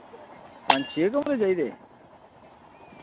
पंज छे कमरे चाहिदे